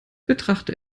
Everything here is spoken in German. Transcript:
betrachte